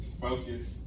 focus